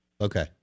Okay